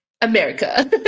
America